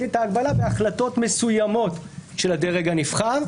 את ההגבלה בהחלטות מסוימות של הדרג הנבחר.